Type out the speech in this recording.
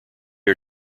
are